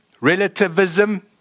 relativism